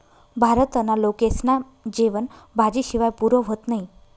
भारतना लोकेस्ना जेवन भाजी शिवाय पुरं व्हतं नही